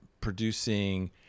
producing